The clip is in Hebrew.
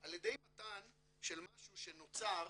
על ידי מתן של משהו שנוצר